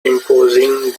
imposing